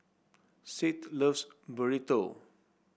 Seth loves Burrito